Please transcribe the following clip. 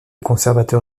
conservateur